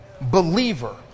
believer